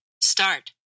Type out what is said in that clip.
start